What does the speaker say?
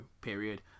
period